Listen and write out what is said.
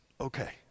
okay